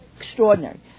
Extraordinary